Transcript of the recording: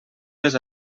les